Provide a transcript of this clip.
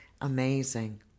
amazing